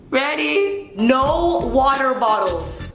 ready. no water bottles.